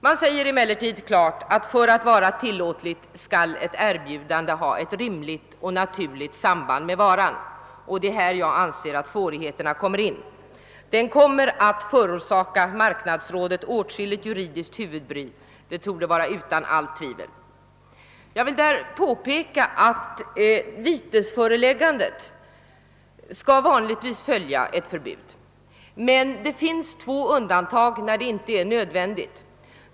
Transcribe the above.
Man säger emellertid klart, att för att vara tillåtligt skall ett erbjudande ha ett rimligt och naturligt samband med varan, och det är här som jag anser att svårigheterna kommer in. Det kommer att förorsaka marknadsrådet åtskilligt juridiskt huvudbry — detta torde stå utom allt tvivel. Jag vill påpeka att vitesföreläggandet vanligtvis skall följa ett förbud. Men det finns två undantag när detta inte är nödvändigt.